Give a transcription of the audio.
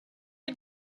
the